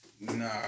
Nah